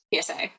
PSA